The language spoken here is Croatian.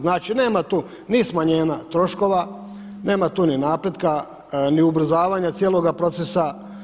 Znači nema tu ni smanjenja troškova, nema tu ni napretka, ni ubrzavanja cijeloga procesa.